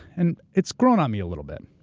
and it's grown on me a little bit.